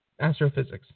Astrophysics